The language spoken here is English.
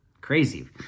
Crazy